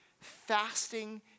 Fasting